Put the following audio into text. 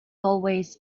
always